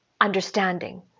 understanding